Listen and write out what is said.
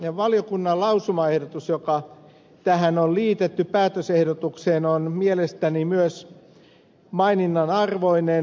tämä valiokunnan lausumaehdotus joka on liitetty tähän päätösehdotukseen on mielestäni myös maininnan arvoinen